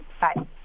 Bye